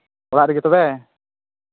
ᱚᱲᱟᱜ ᱨᱮᱜᱮ ᱛᱚᱵᱮ